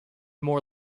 more